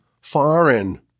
foreign